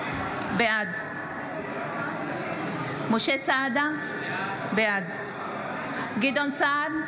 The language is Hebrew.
בעד משה סעדה, בעד גדעון סער,